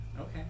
Okay